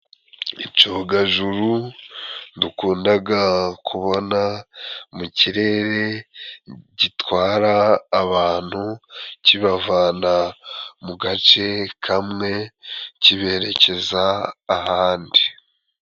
Icogajuru dukundaga kubona mu kirere gitwara abantu kibavana mu gace kamwe kiberekeza ahandi.